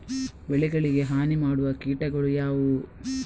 ಬೆಳೆಗಳಿಗೆ ಹಾನಿ ಮಾಡುವ ಕೀಟಗಳು ಯಾವುವು?